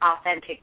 Authentic